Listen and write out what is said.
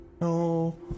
No